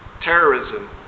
terrorism